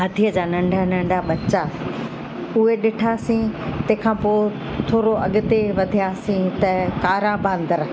हाथीअ जा नंढा नंढा बच्चा उहे ॾिठासीं तंहिं खां पोइ थोरो अॻिते वधियासीं त कारा बांदर